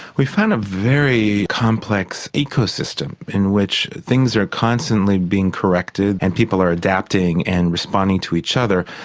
we found a very complex ecosystem in which things are constantly being corrected and people are adapting and responding to each other,